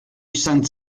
izan